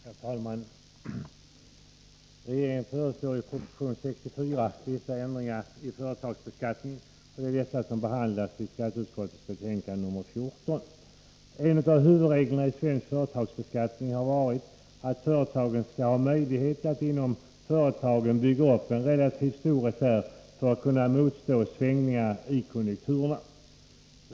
Herr talman! Regeringen föreslår i proposition 64 vissa ändringar i företagsbeskattningen, och det är dessa som behandlas i skatteutskottets betänkande 14. En av huvudreglerna i svensk företagsbeskattning har varit att företagen skall ha möjlighet att inom sig bygga upp en relativt stor reserv för att kunna motstå svängningar i konjunkturerna.